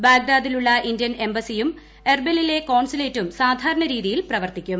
ബാഗ്ദാദിലുള്ള Indian എംബസിയും എർബിലിലെ കോൺസുലേറ്റും സാധാരണ രീതിയിൽ പ്രവർത്തിക്കും